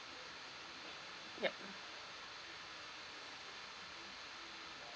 ya